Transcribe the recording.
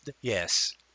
Yes